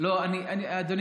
אדוני